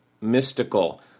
mystical